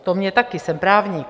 To mě také, jsem právník.